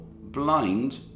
blind